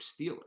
Steelers